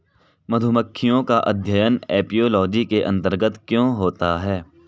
मधुमक्खियों का अध्ययन एपियोलॉजी के अंतर्गत क्यों होता है?